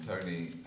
Tony